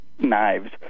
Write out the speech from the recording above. knives